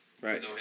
Right